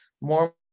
more